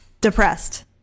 Depressed